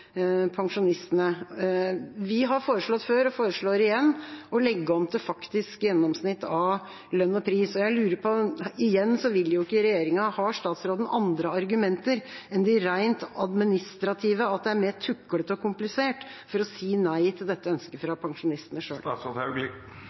pensjonistene. Vi har foreslått før og foreslår igjen å legge om til faktisk gjennomsnitt av lønn og pris. Jeg lurer på: Igjen vil ikke regjeringa, men har statsråden andre argumenter enn de rent administrative – at det er mer tuklete og komplisert – for å si nei til dette ønsket fra